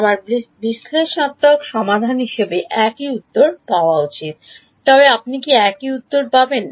আমার বিশ্লেষণাত্মক সমাধান হিসাবে একই উত্তর পাওয়া উচিত তবে আপনি কি একই উত্তর পাবেন